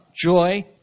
joy